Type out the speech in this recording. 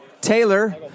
Taylor